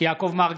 יעקב מרגי,